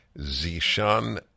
Zishan